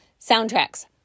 Soundtracks